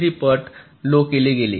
83 पट लो केले गेले